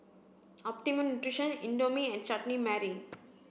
Optimum Nutrition Indomie and Chutney Mary